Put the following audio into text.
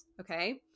okay